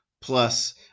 Plus